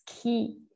key